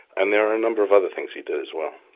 and there are a number of other things he did as well.